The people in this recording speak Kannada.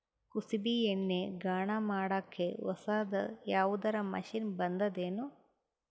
ಕುಸುಬಿ ಎಣ್ಣೆ ಗಾಣಾ ಮಾಡಕ್ಕೆ ಹೊಸಾದ ಯಾವುದರ ಮಷಿನ್ ಬಂದದೆನು?